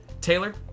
Taylor